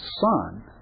son